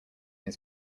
his